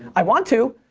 i want to,